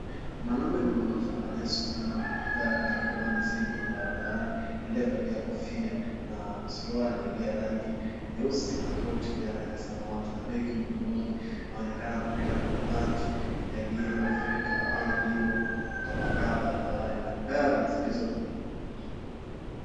Mwanaume mmoja anayesukuma gari na kutoa mizigo barabarani aliyevalia kofia na suruali ya rangi nyeusi na koti ya rangi ya samawati na begi mgongoni. Anaonekana kupita kwenye maji yaliyofurika au yaliyotapakaa barabarani na gari zilizo...